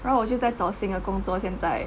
然后我就再找新的工作现在